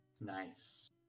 Nice